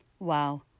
Wow